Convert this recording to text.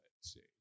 See